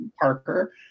Parker